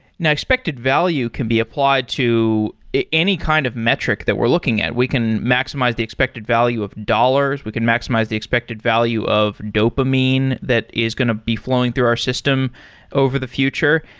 now, expected value can be applied to any kind of metric that we're looking at. we can maximize the expected value of dollars. we can maximize the expected value of dopamine that is going to be flowing through our system over the future.